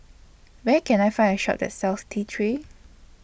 Where Can I Find A Shop that sells T three